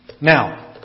Now